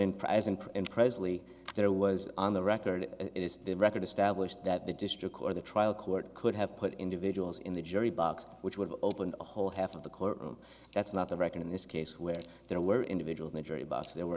there was on the record is the record established that the district or the trial court could have put individuals in the jury box which would open a whole half of the court room that's not the record in this case where there were individual injury but there were